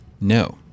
No